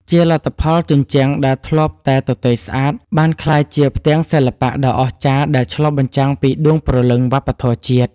ជាលទ្ធផល ជញ្ជាំងដែលធ្លាប់តែទទេស្អាត បានក្លាយជាផ្ទាំងសិល្បៈដ៏អស្ចារ្យដែលឆ្លុះបញ្ចាំងពីដួងព្រលឹងវប្បធម៌ជាតិ។